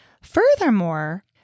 Furthermore